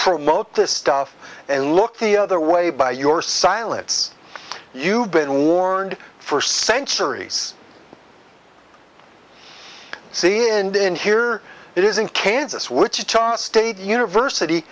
promote this stuff and look the other way by your silence you've been warned for centuries see end in here it is in kansas wichita state university